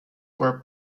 were